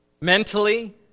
mentally